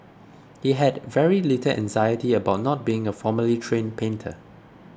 he had very little anxiety about not being a formally trained painter